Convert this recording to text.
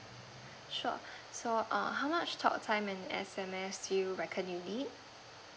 sure so err how much talk time and S_M_S you regularly need